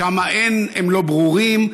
שם הם לא ברורים,